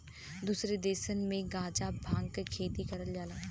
दुसरे देसन में गांजा भांग क खेती करल जाला